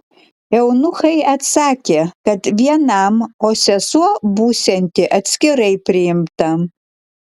eunuchai atsakė kad vienam o sesuo būsianti atskirai priimta